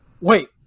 Wait